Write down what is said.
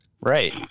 right